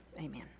amen